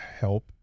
help